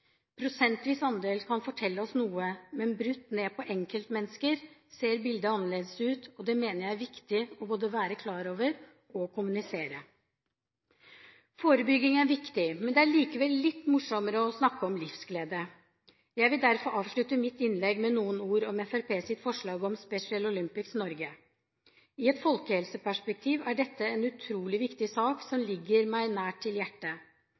prosentvis andel kan fortelle oss noe, men brutt ned mot enkeltmennesker ser bildet annerledes ut. Jeg mener det er viktig både å være klar over det og å kommunisere det. Forebygging er viktig, men det er likevel litt morsommere å snakke om livsglede. Jeg vil derfor avslutte mitt innlegg med noen ord om Fremskrittspartiets forslag om Special Olympics Norge. I et folkehelseperspektiv er dette en utrolig viktig sak, som sterkt ligger meg på hjertet.